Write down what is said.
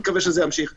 מקווה שימשיך כך.